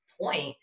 point